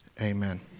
Amen